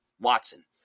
Watson